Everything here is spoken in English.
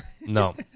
No